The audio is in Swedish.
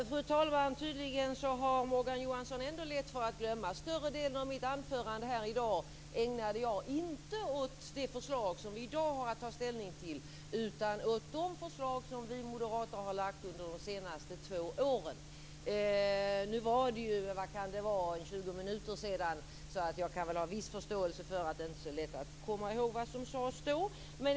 Fru talman! Tydligen har Morgan Johansson ändå lätt för att glömma. Större delen av mitt anförande här i dag ägnade jag inte åt det förslag som vi i dag har att ta ställning till utan åt de förslag som vi moderater har lagt fram under de senaste två åren. Nu var det tjugo minuter sedan, så jag kan ha viss förståelse för att det inte är så lätt att komma ihåg vad som sades då.